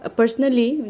personally